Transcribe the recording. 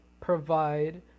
provide